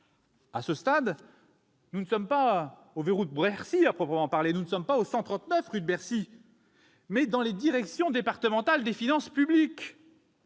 À ce stade, nous n'en sommes pas encore au « verrou de Bercy », à proprement parler. Nous nous situons non pas au 139 rue de Bercy, mais dans les directions départementales des finances publiques,